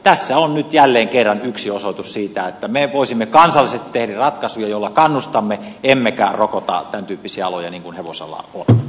tässä on nyt jälleen kerran yksi osoitus siitä että me voisimme kansallisesti tehdä ratkaisuja joilla kannustamme emmekä rokota tämäntyyppisiä aloja niin kuin hevosala on